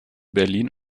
berlin